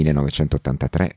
1983